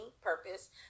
purpose